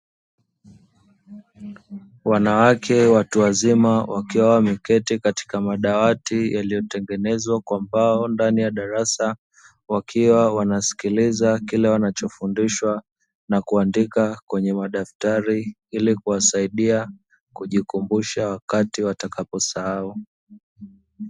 Wanawake watu wazima wakiwa wameketi katika madawati yaliyo tengenezwa kwa mbao ndani ya darasa, wakiwa wanasikiliza kile wanacho fundishwa na kuandika kwenye madaftari ili kuwasaidia kujikumbusha wakati watakapo sahau.